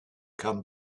come